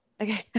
Okay